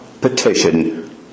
petition